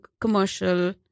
commercial